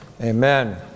Amen